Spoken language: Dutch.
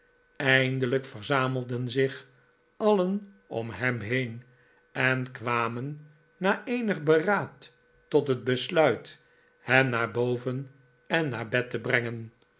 eindelijk verzamelden zich alien om hem heen en kwamen na eenig beraad tot het besluit hem naar boven en naar bed te brengen